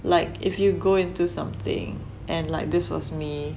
like if you go into something and like this was me